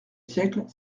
siècle